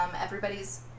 everybody's